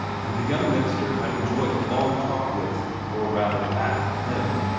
and the young minister had enjoyed a long talk with, or rather, at him.